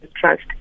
Trust